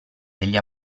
degli